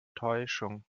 täuschung